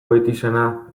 goitizena